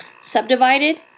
subdivided